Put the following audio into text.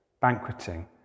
banqueting